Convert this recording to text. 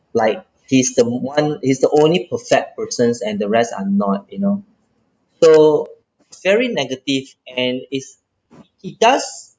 like he's the one he's the only perfect persons and the rest are not you know so very negative and is he does